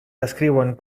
descriuen